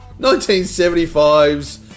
1975's